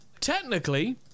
Technically